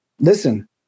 listen